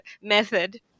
method